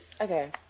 okay